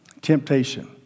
temptation